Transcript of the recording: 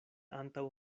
antaŭ